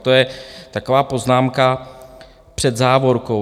To je taková poznámka před závorkou.